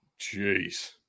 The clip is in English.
Jeez